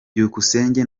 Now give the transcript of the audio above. byukusenge